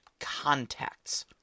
Contacts